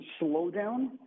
slowdown